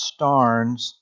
Starnes